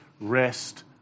rest